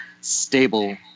stable